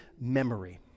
memory